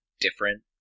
different